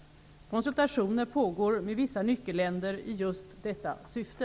Konsultationer pågår med vissa nyckelländer i just detta syfte.